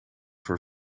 voor